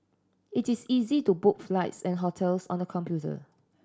it is easy to book flights and hotels on the computer